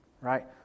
right